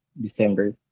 December